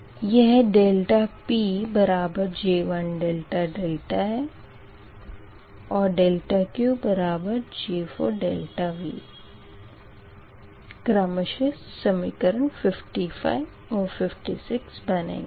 तो यह ∆PJ1∆δ and ∆QJ4∆V क्रमशः समीकरण 55 और 56 बनेगें